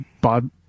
Bob